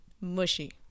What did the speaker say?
Mushy